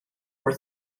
for